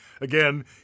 again